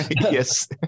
Yes